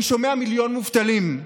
אני שומע "מיליון מובטלים",